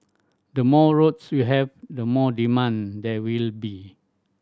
the more roads you have the more demand there will be